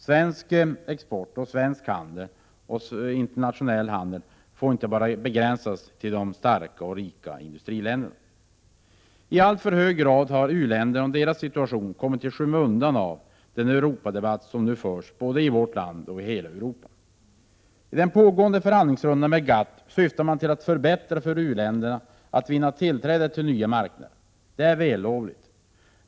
Svensk export och svensk och internationell handel får inte begränsas till enbart de starka och rika industriländerna. I alltför hög grad har u-länderna och deras situation kommit i skymundan i den Europadebatt som nu förs både i vårt land och i övriga Europa. I den pågående förhandlingsrundan med GATT syftar man till att förbättra möjligheterna för u-länderna att vinna tillträde till nya marknader. Det är vällovligt.